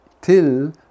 till